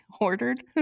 ordered